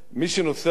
מי שנוסע בו,